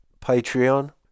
patreon